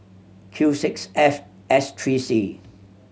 Q six F S three C